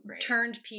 turned